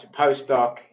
postdoc